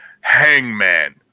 Hangman